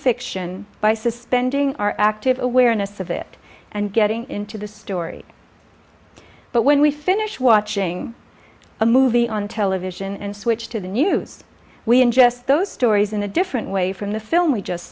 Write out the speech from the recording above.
fiction by suspending our active awareness of it and getting into the story but when we finish watching a movie on television and switch to the news we ingest those stories in a different way from the film we just